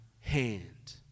hand